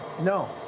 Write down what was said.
No